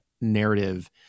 narrative